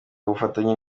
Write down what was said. ubufatanye